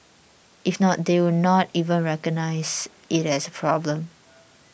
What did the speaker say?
if not they would not even recognise it as a problem